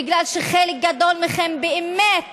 בגלל שחלק גדול מכם באמת